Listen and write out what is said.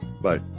Bye